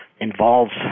involves